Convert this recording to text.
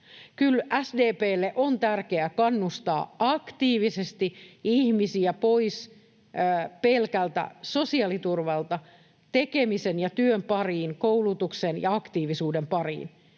SDP:lle on tärkeää kannustaa aktiivisesti ihmisiä pois pelkältä sosiaaliturvalta tekemisen ja työn pariin, koulutuksen ja aktiivisuuden pariin.